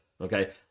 okay